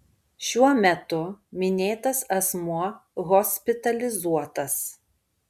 šiuo metu minėtas asmuo hospitalizuotas